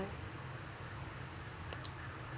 life